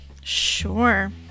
Sure